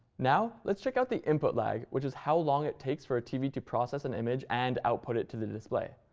now let's check out the input lag, which is how long it takes for a tv to process an image and output it to the display.